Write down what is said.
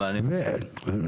תומר,